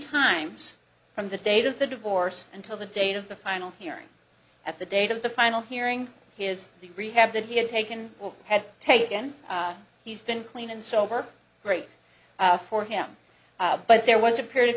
times from the date of the divorce until the date of the final hearing at the date of the final hearing his the rehab that he had taken had taken he's been clean and sober great for him but there was a period of